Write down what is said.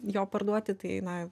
jo parduoti tai na